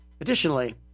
Additionally